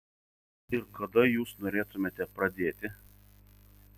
ir kada jūs norėtumėte pradėti